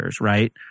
right